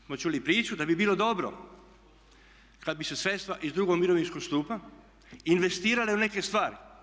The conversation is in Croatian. I onda smo čuli priču da bi bilo dobro kad bi se sredstva iz drugog mirovinskog stupa investirale u neke stvari.